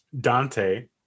Dante